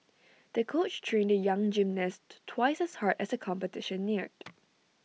the coach trained the young gymnast twice as hard as the competition neared